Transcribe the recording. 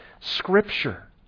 scripture